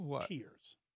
Tears